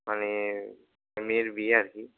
মানে মেয়ের বিয়ে আর কি